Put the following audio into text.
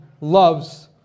loves